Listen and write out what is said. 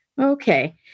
Okay